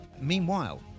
meanwhile